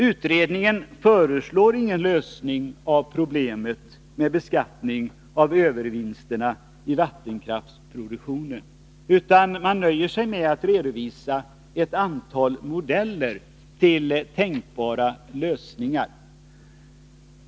Utredningen föreslår ingen lösning av problemet med beskattning av övervinsterna i vattenkraftsproduktionen, utan man nöjer sig med att redovisa ett antal modeller till tänkbara lösningar.